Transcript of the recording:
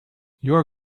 your